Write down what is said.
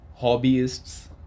Hobbyists